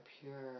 pure